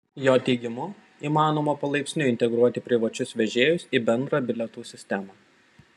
jo teigimu įmanoma palaipsniui integruoti privačius vežėjus į bendrą bilietų sistemą